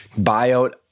buyout